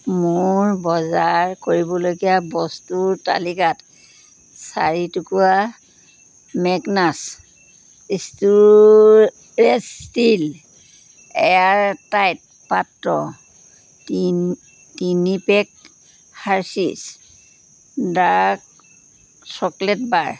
মোৰ বজাৰ কৰিবলগীয়া বস্তুৰ তালিকাত চাৰি টুকুৰা Magnus storage steel air tight পাত্ৰ তি তিনি পেক হাৰ্সীছ ডাৰ্ক চকলেট বাৰ